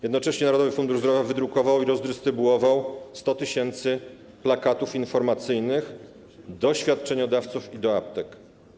Jednocześnie Narodowy Fundusz Zdrowia wydrukował i rozdystrybuował 100 tys. plakatów informacyjnych do świadczeniodawców i do aptek.